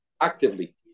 Actively